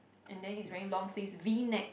and then he's wearing long sleeves V neck